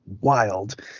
wild